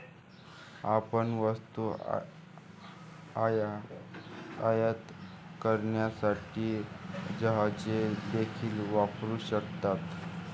आपण वस्तू आयात करण्यासाठी जहाजे देखील वापरू शकता